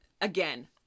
again